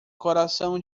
coração